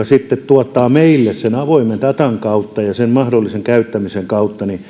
sitten tuottaa meille sen avoimen datan kautta ja sen mahdollisen käyttämisen kautta